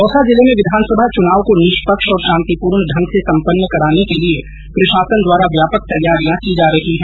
दौसा जिले में विधानसभा चुनाव को निष्पक्ष और शांतिपूर्ण ढंग से सम्पन्न कराने के लिये प्रशासन द्वारा व्यापक तैयारियां की जा रही है